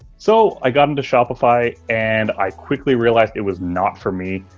so i got into shopify and i quickly realized it was not for me.